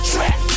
Trap